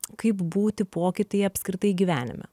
kaip būti pokytyje apskritai gyvenime